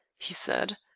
he said.